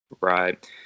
Right